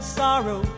sorrow